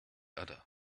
udder